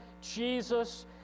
Jesus